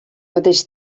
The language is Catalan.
mateix